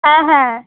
হ্যাঁ হ্যাঁ